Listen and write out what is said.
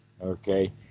Okay